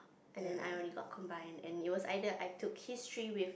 and then I only got combined and then it was either I took history with